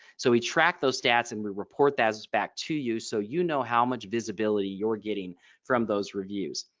so he tracked those stats and we report that is back to you. so you know how much visibility you're getting from those reviews.